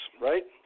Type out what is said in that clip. right